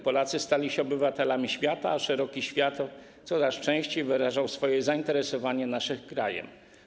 Polacy stali się obywatelami świata, a szeroki świat coraz częściej wyrażał swoje zainteresowanie naszym krajem.